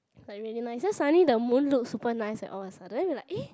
like really nice then suddenly the moon look super nice eh all a sudden then we like !eh!